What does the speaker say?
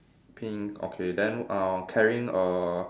pink okay then uh carrying err